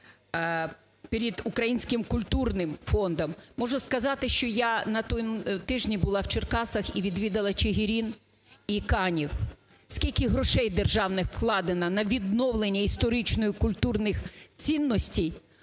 перед Українським культурним фондом, можу сказати, що я на тому тижні була в Черкасах і відвідала Чигирин і Канів, скільки грошей державних вкладено на відновлення історично-культурних цінностей,